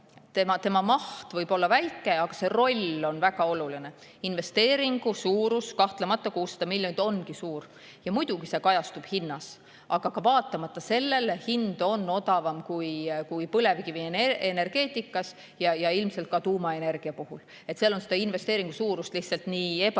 Selle maht võib olla väike, aga selle roll on väga oluline. Investeeringu suurus: kahtlemata 600 miljonit ongi suur ja muidugi see kajastub hinnas. Aga vaatamata sellele on hind odavam kui põlevkivienergeetikas ja ilmselt ka tuumaenergia puhul. Seal on seda investeeringu suurust lihtsalt ebakindlas